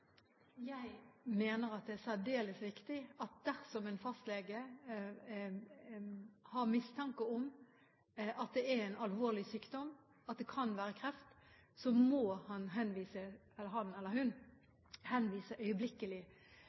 Jeg mener det er særdeles viktig at dersom en fastlege har mistanke om at det er alvorlig sykdom, at det kan være kreft, må han eller hun henvise øyeblikkelig